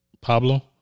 Pablo